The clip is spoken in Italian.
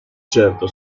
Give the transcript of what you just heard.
certo